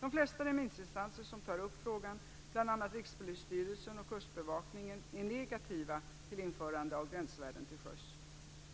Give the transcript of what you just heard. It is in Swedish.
De flesta remissinstanser som tar upp frågan, bl.a. Rikspolisstyrelsen och Kustbevakningen, är negativa till införande av gränsvärden till sjöss.